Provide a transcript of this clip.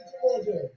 Georgia